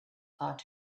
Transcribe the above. thought